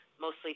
mostly